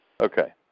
Okay